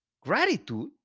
Gratitude